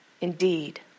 Indeed